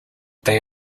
they